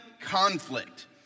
Conflict